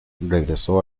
regresó